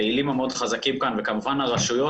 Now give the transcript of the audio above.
הפעילים המאוד חזקים וכמובן הרשויות,